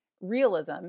realism